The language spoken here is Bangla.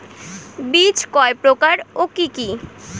বীজ কয় প্রকার ও কি কি?